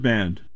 Band